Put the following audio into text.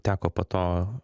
teko po to